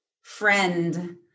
friend